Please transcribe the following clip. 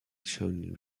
shown